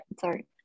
sorry